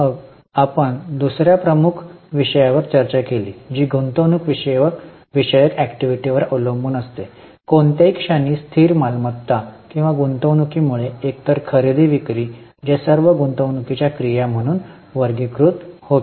मग आपण दुसर्या प्रमुख विषयावर चर्चा केली जी गुंतवणूक विषयक ऍक्टिव्हिटीवर अवलंबून असते कोणत्याही क्षणी स्थिर मालमत्ता किंवा गुंतवणूकीमुळे एकतर खरेदी विक्री जे सर्व गुंतवणूकीच्या क्रिया म्हणून वर्गीकृत होते